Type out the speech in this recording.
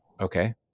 Okay